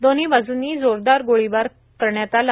दोन्ही बाजूंनी जोरदार गोळीबार केरण्यात आला